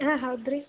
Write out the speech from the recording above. ಹಾಂ ಹೌದು ರೀ